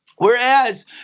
Whereas